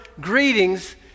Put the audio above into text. greetings